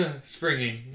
Springing